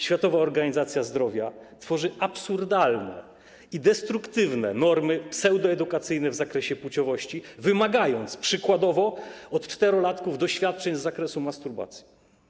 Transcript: Światowa Organizacja Zdrowia tworzy absurdalne i destruktywne normy pseudoedukacyjne w zakresie płciowości, wymagając przykładowo od czterolatków doświadczeń z zakresu masturbacji.